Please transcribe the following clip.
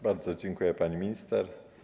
Bardzo dziękuję, pani minister.